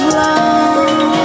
love